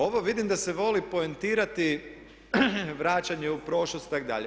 Ovo, vidim da se voli poentirati vraćanje u prošlost itd.